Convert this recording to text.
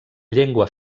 llengua